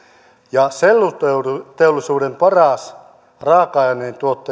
ja selluteollisuuden paras raaka aineentuottaja on